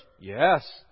Yes